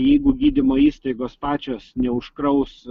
jeigu gydymo įstaigos pačios neužkraus